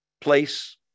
place